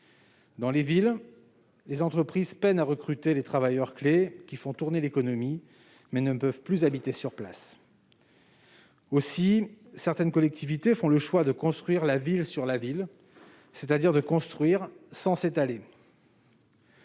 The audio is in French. Dans les villes, les entreprises peinent à recruter les travailleurs clés qui font tourner l'économie, mais ne peuvent plus habiter sur place. Aussi, certaines collectivités font le choix de construire la ville sur la ville, c'est-à-dire de construire sans s'étaler.